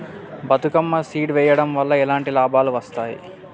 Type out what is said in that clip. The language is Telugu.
బతుకమ్మ సీడ్ వెయ్యడం వల్ల ఎలాంటి లాభాలు వస్తాయి?